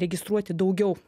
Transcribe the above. registruoti daugiau